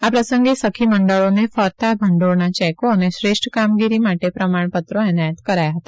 આ પ્રસંગે સખી મંડળોને ફરતા ભંડોળના ચેકો અને શ્રેષ્ઠ કામગીરી માટે પ્રમાણ પત્રો અનેયાત કરાયા હતા